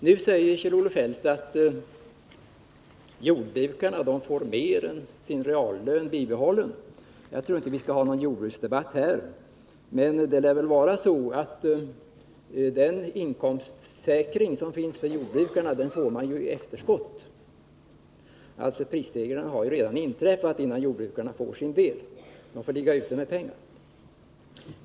Nu säger Kjell-Olof Feldt att jordbrukarna får mer än bibehållen reallön. Jagtror inte vi skall dra upp någon jordbruksdebatt, men jag vill ändå säga att jordbrukarna får sin inkomstsäkring i efterskott. Prisstegringarna har alltså redan inträffat innan jordbrukarna får sin del — de får ligga ute med pengarna.